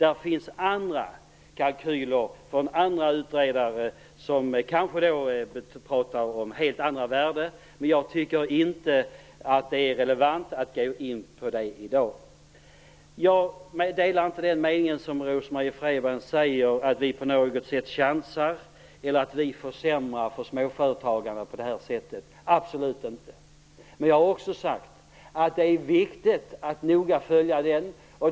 Det finns andra kalkyler från andra utredare som visar helt andra värden, men jag tycker inte att det är relevant att gå in på det i dag. Jag delar inte Rose-Marie Frebrans åsikt. Hon menar att vi på något sätt chansar eller försämrar för småföretagare på detta sätt. Det gör vi absolut inte. Jag har också sagt att det är viktigt att noga följa effekterna av förslaget.